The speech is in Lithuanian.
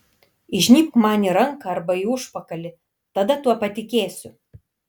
įžnybk man į ranką arba į užpakalį tada tuo patikėsiu